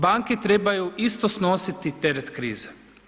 Banke trebaju isto snositi teret krize.